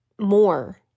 more